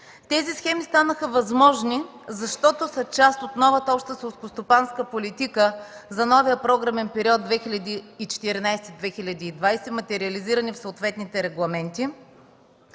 Тези схеми станаха възможни, защото са част от новата Обща селскостопанска политика за новия програмен период 2014-2020, материализирани в съответните регламенти,